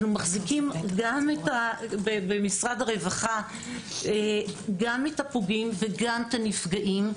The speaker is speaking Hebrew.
אנו מחזיקים במשרד הרווחה גם את הפוגעים וגם את הנפגעים.